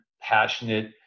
passionate